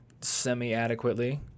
semi-adequately